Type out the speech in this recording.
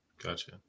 gotcha